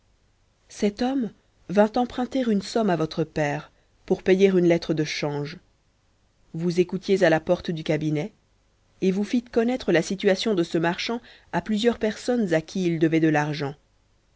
cet homme vint emprunter une somme à votre père pour payer une lettre de change vous écoutiez à la porte du cabinet et vous fites connaître la situation de ce marchand à plusieurs personnes à qui il devait de l'argent